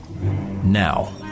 Now